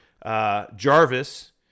Jarvis